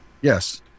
Yes